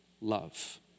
love